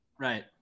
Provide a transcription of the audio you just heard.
Right